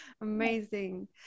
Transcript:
amazing